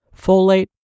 folate